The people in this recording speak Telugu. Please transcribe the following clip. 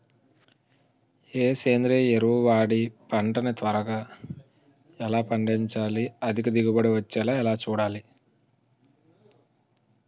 ఏ సేంద్రీయ ఎరువు వాడి పంట ని త్వరగా ఎలా పండించాలి? అధిక దిగుబడి వచ్చేలా ఎలా చూడాలి?